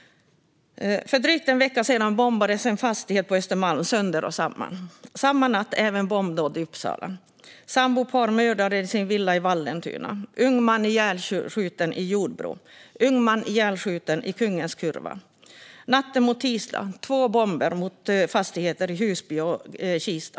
För drygt en vecka sedan bombades en fastighet på Östermalm sönder och samman. Samma natt skedde även bombdåd i Uppsala. Ett sambopar hittades mördade i sin villa i Vallentuna. Ung man ihjälskjuten i Jordbro. Ung man ihjälskjuten i Kungens kurva. Natten mot tisdag: två bomber mot fastigheter i Husby och Kista.